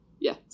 Yes